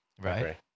right